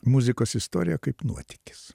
muzikos istorija kaip nuotykis